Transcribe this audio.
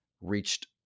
reached